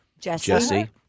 Jesse